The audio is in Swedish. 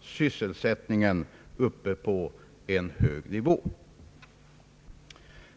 sysselsättningen uppe på en hög nivå.